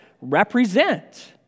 represent